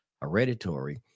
hereditary